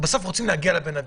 בסוף אנחנו רוצים להגיע לבן אדם.